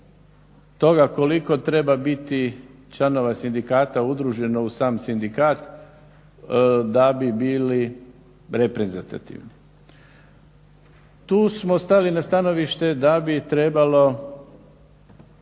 toga koliko treba biti članova sindikata udruženo u sam sindikat da bi bili reprezentativni. Tu smo stali na stanovište da bi trebalo